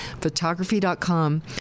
photography.com